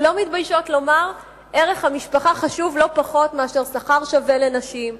אנחנו לא מתביישות לומר: ערך המשפחה חשוב לא פחות מאשר שכר שווה לנשים,